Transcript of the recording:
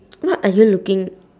what are you looking